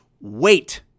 Wait